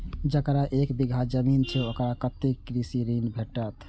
जकरा एक बिघा जमीन छै औकरा कतेक कृषि ऋण भेटत?